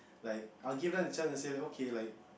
like I'll give them a chance and say okay like